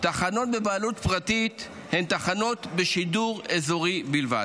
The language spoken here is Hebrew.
תחנות בבעלות פרטית הן תחנות בשידור אזורי בלבד.